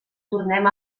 tornem